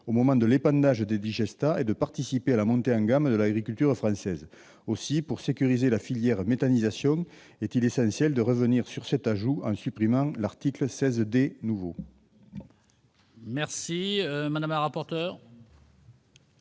au moment de l'épandage des digestats et de participer à la montée en gamme de l'agriculture française. Aussi, pour sécuriser la filière méthanisation, est-il essentiel de revenir sur cet ajout en supprimant l'article 16 D. Quel est l'avis de